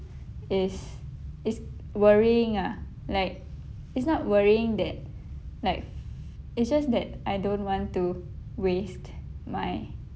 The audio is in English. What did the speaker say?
is is worrying ah like it's not worrying that like it's just that I don't want to waste my